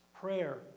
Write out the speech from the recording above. Prayer